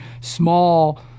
small